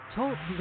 Talk